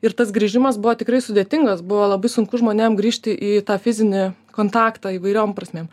ir tas grįžimas buvo tikrai sudėtingas buvo labai sunku žmonėm grįžti į tą fizinį kontaktą įvairiom prasmėm